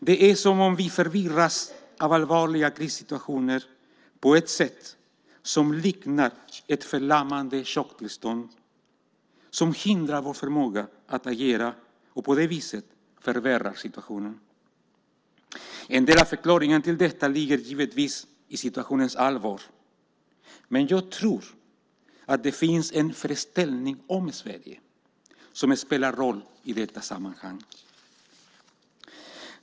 Det är som om vi förvirras av allvarliga krissituationer på ett sätt som liknar ett förlamande chocktillstånd som hindrar vår förmåga att agera och på det viset förvärrar situationen. En del av förklaringen till detta ligger givetvis i situationens allvar, men jag tror att det finns en föreställning om Sverige som spelar roll i detta sammanhang.